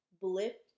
blip